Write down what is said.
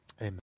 amen